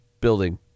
building